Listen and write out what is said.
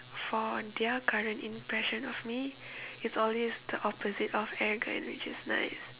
for their current impression of me it's always the opposite of arrogant which is nice